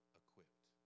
equipped